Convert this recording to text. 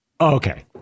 Okay